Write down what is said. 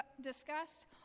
discussed